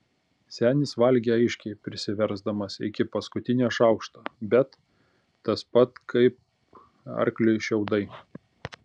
senis valgė aiškiai prisiversdamas iki paskutinio šaukšto bet tas pats kaip arkliui šiaudai